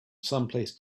someplace